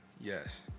Yes